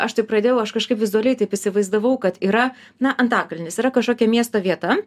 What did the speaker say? aš taip pradėjau aš kažkaip vizualiai taip įsivaizdavau kad yra na antakalnis yra kažkokia miesto vieta